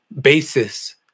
basis